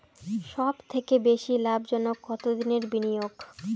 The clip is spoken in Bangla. সবথেকে বেশি লাভজনক কতদিনের বিনিয়োগ?